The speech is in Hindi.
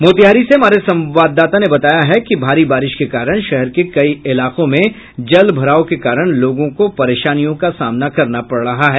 मोतिहारी से हमारे संवाददाता ने बताया है कि भारी बारिश के कारण शहर के कई इलाकों में जल भराव के कारण लोगों को परेशानियों का सामना करना पड़ रहा है